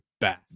bad